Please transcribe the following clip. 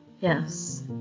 Yes